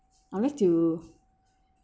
I would like to